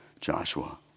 Joshua